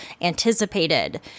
anticipated